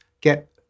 get